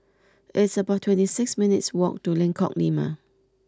It's about twenty six minutes' walk to Lengkok Lima